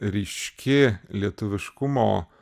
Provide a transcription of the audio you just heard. ryški lietuviškumo